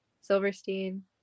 Silverstein